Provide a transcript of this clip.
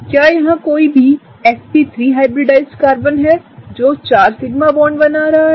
क्या यहां कोई भी sp3 हाइब्रिडाइज्ड कार्बन है जो 4 सिग्मा बॉन्ड बना रहा है